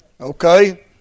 Okay